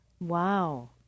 Wow